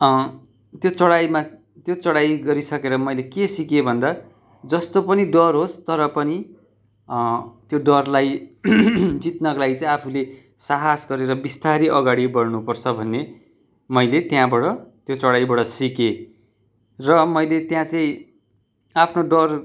त्यो चढाइमा त्यो चढाइ गरिसकेर मैले के सिकेँ भन्दा जस्तो पनि डर होस् तर पनि त्यो डरलाई जित्नको लागि चाहिँ आफूले साहस गरेर बिस्तारी अगाडि बढ्नुपर्छ भन्ने मैले त्यहाँबाट त्यो चढाइबाट सिकेँ र मैले त्यहाँ चाहि आफ्नो डर